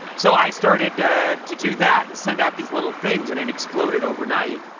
so i started to do that and send out these little things. and it exploded overnight.